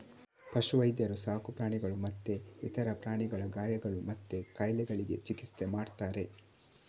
ಪಶು ವೈದ್ಯರು ಸಾಕು ಪ್ರಾಣಿಗಳು ಮತ್ತೆ ಇತರ ಪ್ರಾಣಿಗಳ ಗಾಯಗಳು ಮತ್ತೆ ಕಾಯಿಲೆಗಳಿಗೆ ಚಿಕಿತ್ಸೆ ಮಾಡ್ತಾರೆ